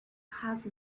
has